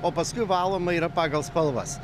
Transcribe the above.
o paskui valoma yra pagal spalvas